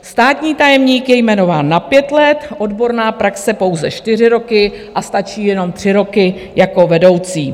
Státní tajemník je jmenován na 5 let, odborná praxe pouze 4 roky a stačí jenom 3 roky jako vedoucí.